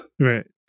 Right